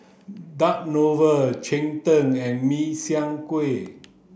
duck cheng tng and min chiang kueh